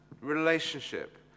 relationship